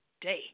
Day